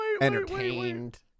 entertained